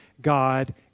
God